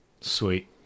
Sweet